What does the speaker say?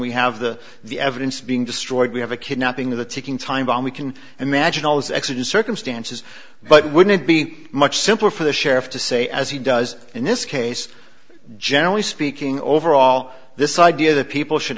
we have the the evidence being destroyed we have a kidnapping with a ticking time bomb we can imagine all those exigent circumstances but wouldn't it be much simpler for the sheriff to say as he does in this case generally speaking overall this idea that people should